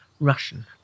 Russian